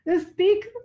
Speak